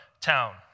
town